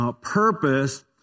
purpose